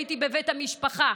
הייתי בבית המשפחה,